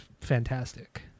fantastic